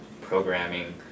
programming